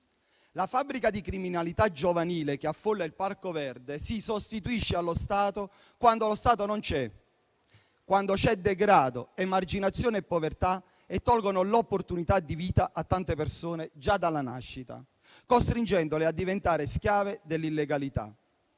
La fabbrica di criminalità giovanile che affolla il Parco Verde si sostituisce allo Stato, quando lo Stato non c'è, quando ci sono degrado, emarginazione e povertà, che tolgono l'opportunità di vita a tante persone già dalla nascita, costringendole a diventare schiave dell'illegalità.